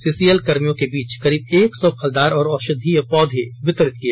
CCL कर्भियों के बीच करीब एक सौ फलदार एवं औषधीय वितरित किए